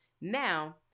Now